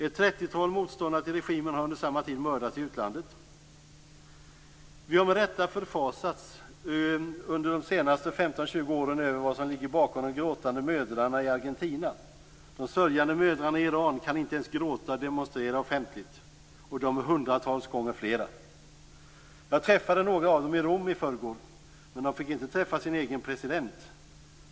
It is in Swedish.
Ett trettiotal motståndare till regimen har under samma tid mördats i utlandet. Vi har med rätta under de senaste 15-20 åren förfasats över vad som ligger bakom de gråtande mödrarna i Argentina. De sörjande mödrarna i Iran kan inte ens gråta eller demonstrera offentligt, och de är hundratals gånger fler. Jag träffade några av dem i Rom i förrgår, men de fick inte träffa sin egen president.